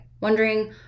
wondering